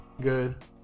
good